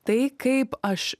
tai kaip aš